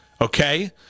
okay